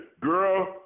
girl